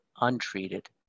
untreated